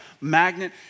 magnet